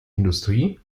industrie